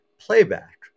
Playback